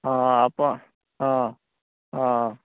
ହଁ ଆପଣ ହଁ ହଁ